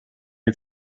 had